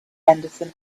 henderson